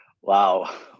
Wow